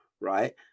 right